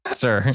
sir